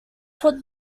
put